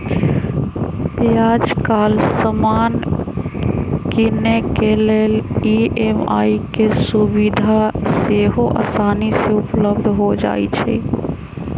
याजकाल समान किनेके लेल ई.एम.आई के सुभिधा सेहो असानी से उपलब्ध हो जाइ छइ